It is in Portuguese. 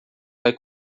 vai